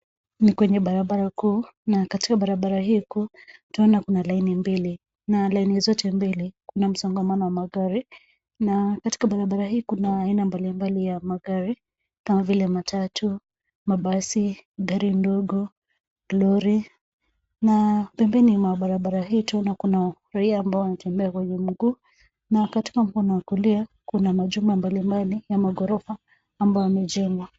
Ni kwenye barabara kuu na katika barabara hii kuu tunaona kuna laini mbele na laini zote mbele kuna msongamano wa magari, na katika barabara hii kuna aina mbalimbali za magari kama vile matatu, mabasi, gari ndogo, lori na pembeni mwa barabara hii twaona kuna raia ambao wanatembea kwenye mguu na katika mkono wa kulia kuna majumba mbalimbali maghorofa ambayo yamejengwa.